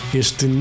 este